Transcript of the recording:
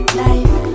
life